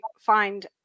find